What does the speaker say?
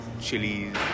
chilies